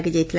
ଲାଗିଯାଇଥିଲା